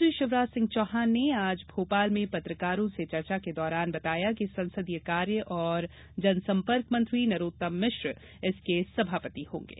मुख्यमंत्री श्री शिवराज सिंह चौहान ने आज भोपाल में पत्रकारों से चर्चा के दौरान बताया कि संसदीय कार्य और जनसंपर्क मंत्री नरोत्तम मिश्रा इसके सभापति होंगे